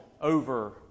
over